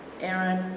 Aaron